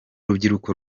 rubyiruko